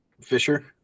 Fisher